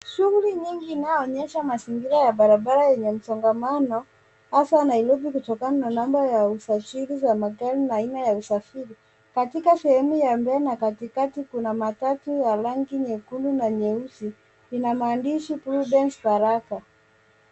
Shughuli nyingi inaoonyesha mazingira ya barabara enye mzongamano hasa Nairobi kutokana na namba ya usajili za magari na aina usafiri ya katika sehemu ya mbele na katika kuna matatu ya rangi nyekundu na nyeusi ina maandishi prudence Baraka .